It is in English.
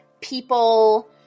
people